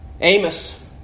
Amos